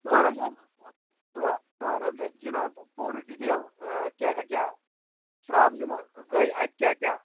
ژٕ وَن حظ مےٚ ژٕ وَن ژٕ وَن حظ مےٚ جِناب پوٗرٕ ڈِٹیل کیٛاہ کیٛاہ پرٛابلِم گٔے اَتہِ کیٛاہ کیٛاہ